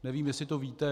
Nevím, jestli to víte.